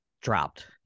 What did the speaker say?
dropped